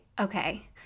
okay